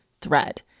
THREAD